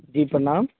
जी प्रणाम